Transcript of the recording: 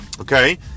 okay